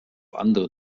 andere